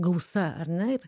gausa ar ne ir